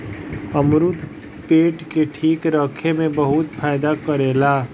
अमरुद पेट के ठीक रखे में बहुते फायदा करेला